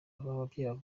bavuga